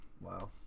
Wow